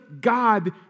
God